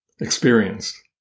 experienced